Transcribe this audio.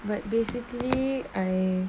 but basically I